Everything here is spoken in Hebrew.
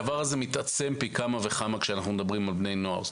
הדבר הזה מתעצם פי כמה וכמה כשאנחנו מדברים על בני נוער.